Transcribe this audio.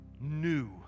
new